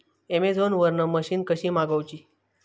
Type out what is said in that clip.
Amazon वरन machine कशी मागवची?